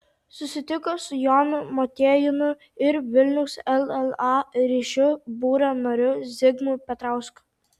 susitiko su jonu motiejūnu ir vilniaus lla ryšių būrio nariu zigmu petrausku